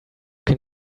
can